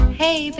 hey